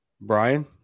Brian